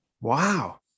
Wow